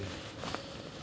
and